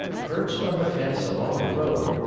perched on the fence along the road,